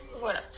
voilà